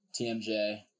TMJ